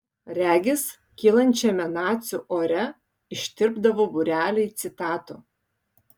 regis kylančiame nacių ore ištirpdavo būreliai citatų